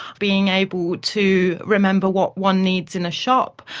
being able to remember what one needs in a shop,